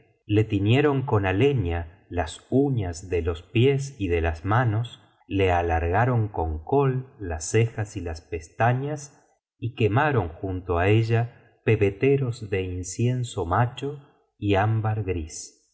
le tifieron con alheña las uñas de los pies y de las manos le alargaron con kohl las cejas y las pestañas y quemaron junto á ella pebeteros de incienso macho y ámbar gris